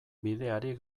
bideari